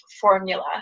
formula